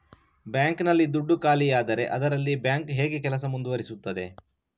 Bank ನಲ್ಲಿ ದುಡ್ಡು ಖಾಲಿಯಾದರೆ ಅದರಲ್ಲಿ ಬ್ಯಾಂಕ್ ಹೇಗೆ ಕೆಲಸ ಮುಂದುವರಿಸುತ್ತದೆ?